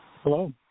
Hello